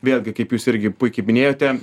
vėlgi kaip jūs irgi puikiai minėjote